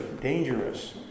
dangerous